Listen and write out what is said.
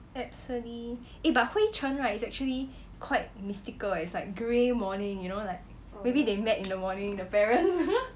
abcde eh but 灰尘 right it's actually quite mystical as like grey morning you know like maybe they met in the morning the parents